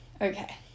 okay